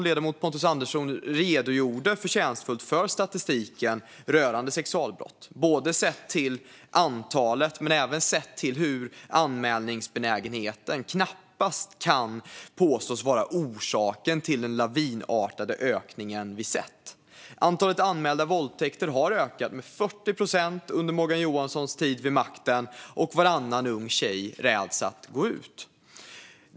Ledamoten Pontus Andersson redogjorde förtjänstfullt för statistiken rörande sexualbrott, både sett till antalet och till att anmälningsbenägenheten knappast kan påstås vara orsaken till den lavinartade ökning vi sett. Antalet anmälda våldtäkter har ökat med 40 procent under Morgan Johanssons tid vid makten, och varannan ung tjej räds att gå ut.